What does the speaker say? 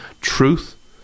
truth